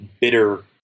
bitter